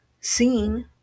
seen